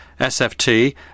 sft